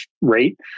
rate